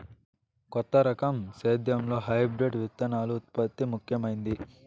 కొత్త రకం సేద్యంలో హైబ్రిడ్ విత్తనాల ఉత్పత్తి ముఖమైంది